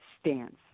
stance